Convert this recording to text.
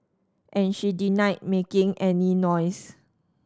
and she denied making any noise